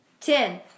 ten